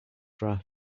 draft